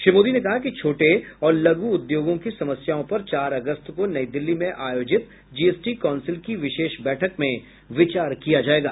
श्री मोदी ने कहा कि छोटे और लघु उद्योगों की समस्याओं पर चार अगस्त को नई दिल्ली में आयोजित जीएसटी कौंसिल की विशेष बैठक में विचार किया जाएगा